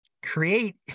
Create